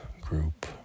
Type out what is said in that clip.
group